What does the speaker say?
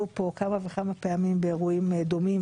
פה כמה וכמה פעמים באירועים דומים,